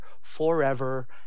forever